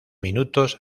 minutos